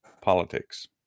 politics